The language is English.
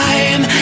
Time